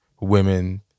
women